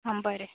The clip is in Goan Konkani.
हा बरें